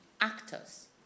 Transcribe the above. actors